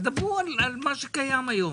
דברו על מה שקיים היום